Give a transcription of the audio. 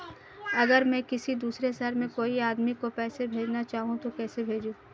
अगर मैं किसी दूसरे शहर में कोई आदमी को पैसे भेजना चाहूँ तो कैसे भेजूँ?